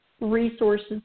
resources